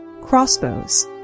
crossbows